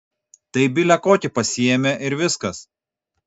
tai bile kokį pasiėmė ir viskas